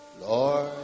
Lord